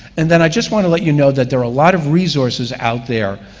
and then i just want to let you know that there are a lot of resources out there